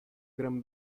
gran